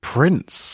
Prince